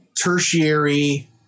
tertiary